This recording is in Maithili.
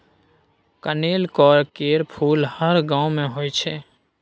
कनेलक केर फुल हर गांव मे होइ छै